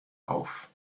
auf